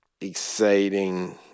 exciting